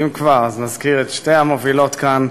אם כבר אז נזכיר את שתי המובילות כאן.